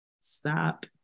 stop